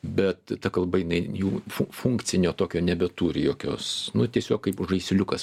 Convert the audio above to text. bet ta kalba jinai jų fu funkcinio tokio nebeturi jokios nu tiesiog kaip žaisliukas